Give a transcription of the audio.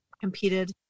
competed